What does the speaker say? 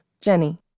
Jenny